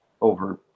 over